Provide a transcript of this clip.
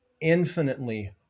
infinitely